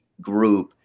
group